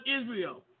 Israel